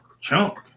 chunk